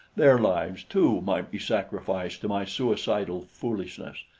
their lives, too, might be sacrificed to my suicidal foolishness.